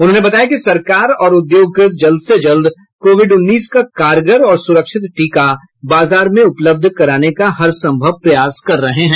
उन्होंने बताया कि सरकार और उद्योग जल्द से जल्द कोविड उन्नीस का कारगर और सुरक्षित टीका बाजार में उपलब्ध कराने का हर संभव प्रयास कर रहे हैं